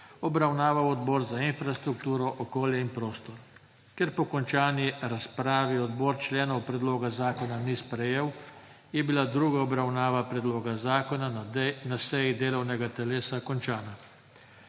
obravnaval Odbor za infrastrukturo, okolje in prostor. Ker po končani razpravi odbor členov predloga zakona ni sprejel, je bila druga obravnava predloga zakona na seji delovnega telesa končana.